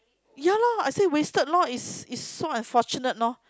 ya loh I say wasted loh is is so unfortunate loh